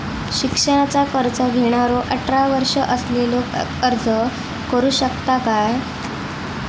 शिक्षणाचा कर्ज घेणारो अठरा वर्ष असलेलो अर्ज करू शकता काय?